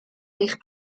eich